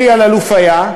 אלי אלאלוף היה,